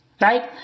Right